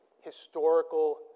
historical